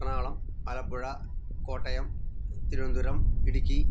Ernakulam Alappuzha Kottayam Thiruvananthapuram Idukki